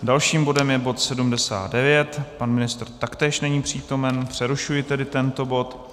Dalším bodem je bod 79, pan ministr taktéž není přítomen, přerušuji tedy tento bod.